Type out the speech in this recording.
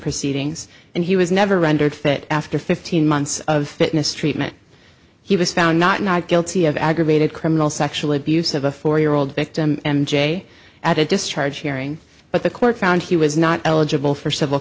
proceedings and he was never rendered fit after fifteen months of fitness treatment he was found not guilty of aggravated criminal sexual abuse of a four year old victim m j at a discharge hearing but the court found he was not eligible for